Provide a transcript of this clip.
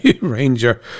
ranger